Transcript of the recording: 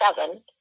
seven